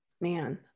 man